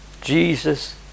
Jesus